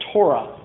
Torah